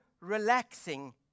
relaxing